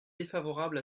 défavorable